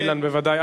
אילן, בוודאי.